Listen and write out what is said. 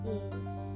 is